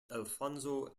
alfonso